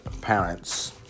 parents